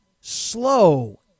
slow